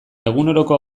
eguneroko